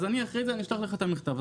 אחרי הישיבה אשלח לך את המכתב.